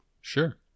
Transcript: Sure